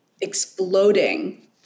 exploding